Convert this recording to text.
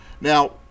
now